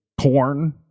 corn